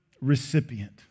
recipient